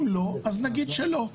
אם לא אז נגיד שלא.